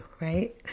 right